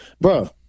Bro